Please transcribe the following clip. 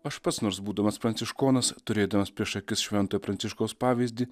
aš pats nors būdamas pranciškonas turėdamas prieš akis šventojo pranciškaus pavyzdį